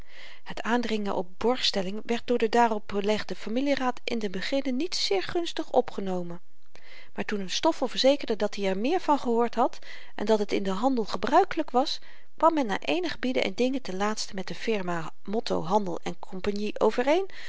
het aandringen op borgstelling werd door den daarop belegden familieraad in den beginne niet zeer gunstig opgenomen maar toen stoffel verzekerde dat-i er meer van gehoord had en dat het in den handel gebruikelyk was kwam men na eenig bieden en dingen tenlaatste met de firma motto handel cie overeen